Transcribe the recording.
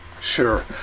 Sure